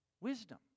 wisdom